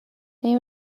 neu